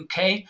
UK